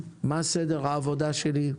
מה סדר העבודה שלי.